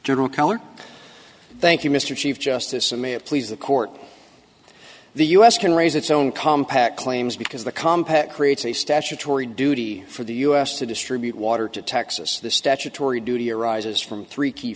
general color thank you mr chief justice and may please the court the u s can raise its own compact claims because the compact creates a statutory duty for the us to distribute water to texas the statutory duty arises from three key